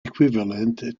equivalent